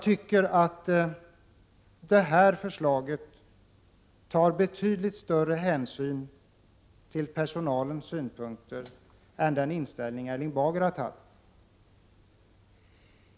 Med detta förslag tar vi betydligt större hänsyn till personalens synpunkter än vad som skulle bli fallet om vi intog Erling Bagers inställning.